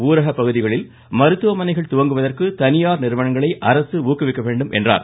ஊரகப் பகுதிகளில் மருத்துவமனைகள் துவங்குவதற்கு தனியார் நிறுவனங்களை அரசு ஊக்குவிக்க வேண்டும் என்றார்